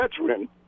veteran